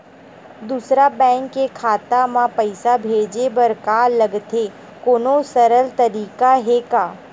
दूसरा बैंक के खाता मा पईसा भेजे बर का लगथे कोनो सरल तरीका हे का?